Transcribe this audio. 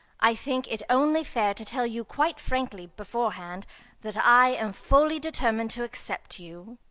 i think it only fair to tell you quite frankly before-hand that i am fully determined to accept you.